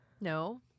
No